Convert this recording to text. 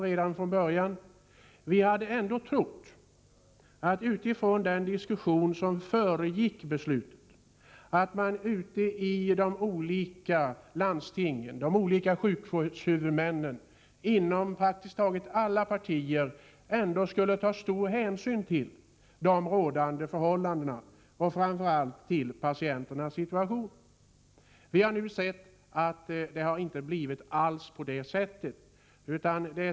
Men inom praktiskt taget alla partier hade vi — med utgångspunkt i den diskussion som föregick beslutet — dock trott att man ute i de olika landstingen och sjukvårdshuvudmännen ändå skulle ta stor hänsyn till de rådande förhållandena och, framför allt, till patienternas situation. Vi har nu sett att det inte alls har blivit på det viset.